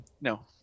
no